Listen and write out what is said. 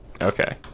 Okay